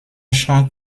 champ